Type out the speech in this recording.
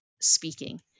speaking